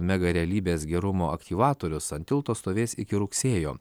megarealybės gerumo aktyvatorius ant tilto stovės iki rugsėjo